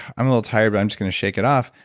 i'm a little tired, but i'm just gonna shake it off.